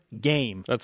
game